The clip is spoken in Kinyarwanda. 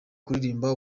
kuririmba